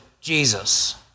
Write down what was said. Jesus